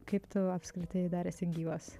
kaip tu apskritai dar esi gyvas